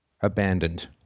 abandoned